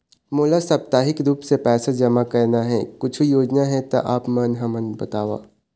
मोला साप्ताहिक रूप से पैसा जमा करना हे, कुछू योजना हे त आप हमन बताव?